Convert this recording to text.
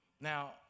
Now